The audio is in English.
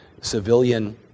civilian